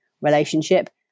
relationship